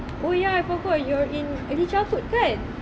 oh ya I forgot or you're in early childhood kan